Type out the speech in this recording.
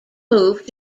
moved